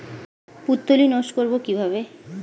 পুত্তলি নষ্ট করব কিভাবে?